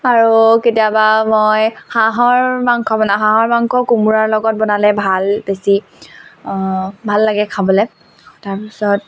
আৰু কেতিয়াবা মই হাঁহৰ মাংস বনাওঁ হাঁহৰ মাংস কোমোৰাৰ লগত বনালে ভাল বেছি ভাল লাগে খাবলৈ তাৰপাছত